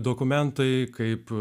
dokumentai kaip